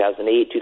2008